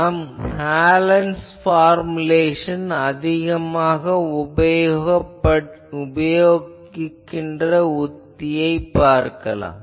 நாம் Hallen's formulation அதிகமாக உபயோகிக்கப்படுகின்ற உத்தியை எழுதலாம்